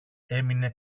έμεινε